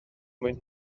mwyn